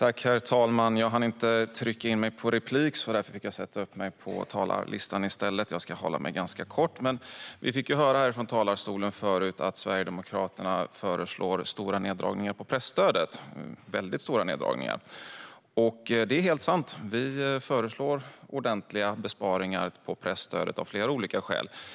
Herr talman! Jag hann inte trycka in mig för en replik, så jag fick i stället sätta upp mig på talarlistan. Jag ska hålla mig ganska kort. Vi fick tidigare höra från talarstolen att Sverigedemokraterna föreslår väldigt stora neddragningar av presstödet. Det är helt sant - vi föreslår ordentliga besparingar på presstödet. Det finns flera olika skäl till detta.